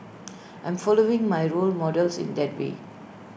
I'm following my role models in that way